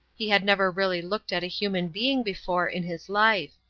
he had never really looked at a human being before in his life.